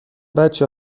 بچه